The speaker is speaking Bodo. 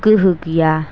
गोहो गैया